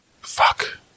fuck